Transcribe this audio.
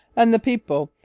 and the people,